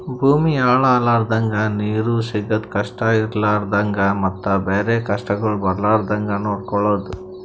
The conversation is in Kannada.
ಭೂಮಿ ಹಾಳ ಆಲರ್ದಂಗ, ನೀರು ಸಿಗದ್ ಕಷ್ಟ ಇರಲಾರದಂಗ ಮತ್ತ ಬೇರೆ ಕಷ್ಟಗೊಳ್ ಬರ್ಲಾರ್ದಂಗ್ ನೊಡ್ಕೊಳದ್